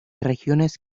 regiones